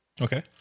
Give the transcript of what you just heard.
Okay